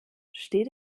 steht